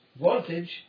voltage